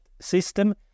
system